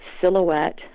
silhouette